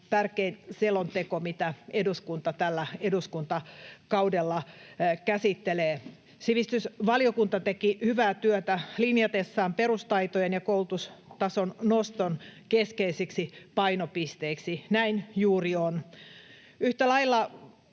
tärkein selonteko, mitä eduskunta tällä eduskuntakaudella käsittelee. Sivistysvaliokunta teki hyvää työtä linjatessaan perustaitojen ja koulutustason noston keskeisiksi painopisteiksi, näin juuri on. Yhtä lailla